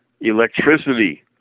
electricity